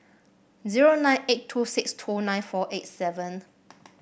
zero nine eight two six two nine four eight seven